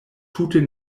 tute